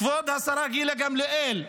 כבוד השרה גילה גמליאל,